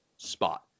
Spot